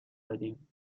دادیم